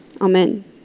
Amen